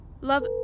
Love-